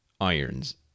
irons